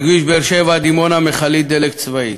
בכביש באר-שבע דימונה, מכלית דלק צבאית,